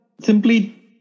simply